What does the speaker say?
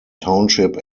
township